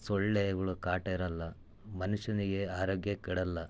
ಸೂಳ್ಳೆಗಳ ಕಾಟ ಇರೋಲ್ಲ ಮನುಷ್ಯನಿಗೆ ಆರೋಗ್ಯ ಕೆಡೋಲ್ಲ